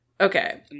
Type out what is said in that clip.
Okay